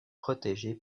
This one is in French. protégé